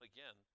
Again